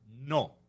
No